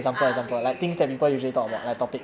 ah okay ah